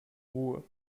ruhe